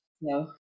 no